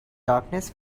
darkness